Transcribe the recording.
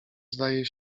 zdaje